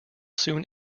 soon